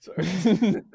Sorry